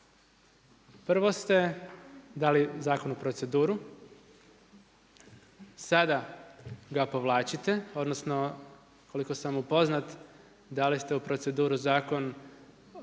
Prvo ste dali zakon u proceduru, sada ga povlačite, odnosno, koliko sam upoznat, dali ste u proceduru Zakon